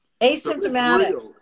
Asymptomatic